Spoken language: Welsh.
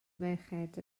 merched